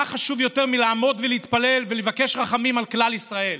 מה חשוב יותר מלעמוד ולהתפלל ולבקש רחמים על כלל ישראל?